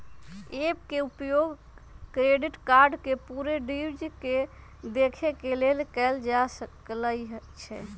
app के उपयोग credit card के पूरे ड्यू के देखे के लेल कएल जा सकइ छै